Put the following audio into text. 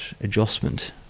adjustment